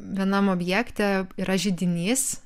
vienam objekte yra židinys